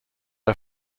are